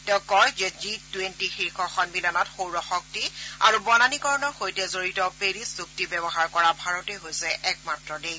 তেওঁ কয় যে জি টুৱেণ্টি শীৰ্য সন্মিলনত সৌৰ শক্তি আৰু বনানীকৰণৰ সৈতে জড়িত পেৰিছ চুক্তি ব্যৱহাৰ কৰা ভাৰতেই হৈছে একমাত্ৰ দেশ